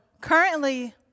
currently